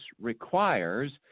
requires –